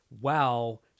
wow